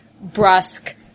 brusque